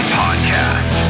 podcast